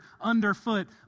underfoot